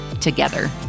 together